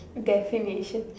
definition